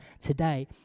today